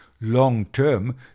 long-term